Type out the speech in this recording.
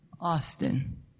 Austin